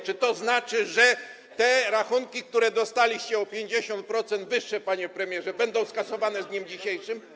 Czy to znaczy, że te rachunki, które dostaliście, o 50% wyższe, panie premierze, będą skasowane z dniem dzisiejszym?